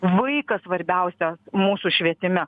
vaikas svarbiausia mūsų švietime